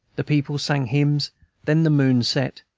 the people sang hymns then the moon set,